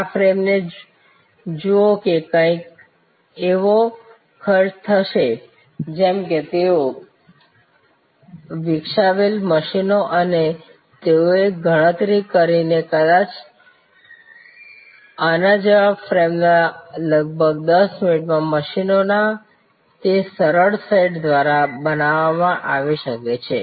આ ફ્રેમને જુઓ તે કંઈક એવો ખર્ચ થશે જેમ કે તેઓએ વિકસાવેલ મશીનો સાથે તેઓએ ગણતરી કરી કે કદાચ આના જેવી ફ્રેમ લગભગ 10 મિનિટમાં મશીનોના તે સરળ સેટ દ્વારા બનાવવામાં આવી શકે છે